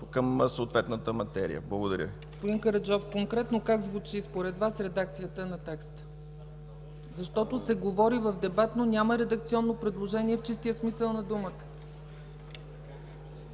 към съответната материя. Благодаря.